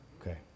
Okay